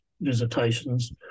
visitations